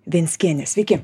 venckienė sveiki